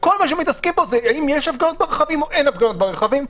וכל מה שמתעסקים בו זה האם יש הפגנות ברכבים או אין הפגנות ברכבים.